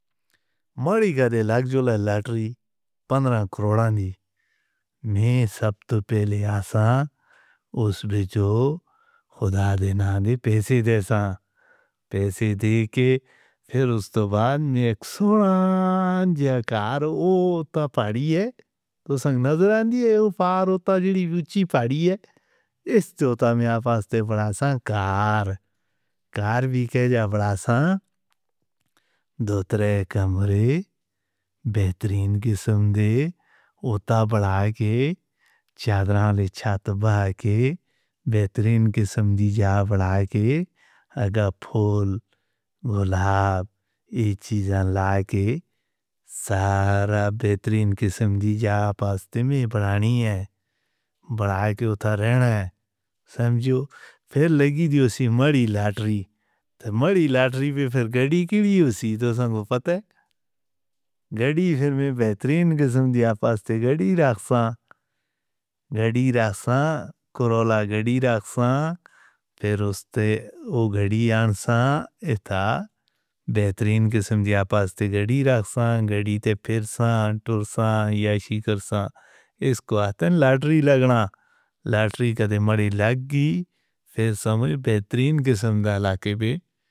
منی گانے لا جولا لاٹری پندرا کو رانی نے سبھے پہلے آسا اوس بھیجو خُدا دینا آدھے پیسے دیتا۔ پیسے دے کے پھر اوس تو بعد میں تھوڑا زیادہ روٹا پئی ہے تو سنا دو رانی روپا روپا جی پاۓ بڑا۔ سرکار دھاروی کے جا بڑا سا دھوترے غم بھرے بہترین کی سندرتا بڑھائی کے زیادہ رچا تو باقی بہترین کی سندھ جا پڑھائی کے پھول گلاب جل کے سہارا بہترین کے سنگ جا پاۓ میں بنانی ہے۔ بڑھاۓ کے اتار رہے ہیں۔ سنجیو پھر وی اسی ماری لاڈلی لاڈلی بیٹی کیوں؟ گھڑی فلم میں بہترین کی سندھیا پاس تیگری راستہ ذرا سا کورولا گھڑی رستے رستے گھڑی آرسی ایسا بہترین کی گنتی پاس تیگری راسانگری تھے۔ پرسن تو سائے سیکر سا سکواڈ لاٹری لگنا لاٹری کی بیماری لگی اس وقت بہترین کے سمیرالا کے بھی۔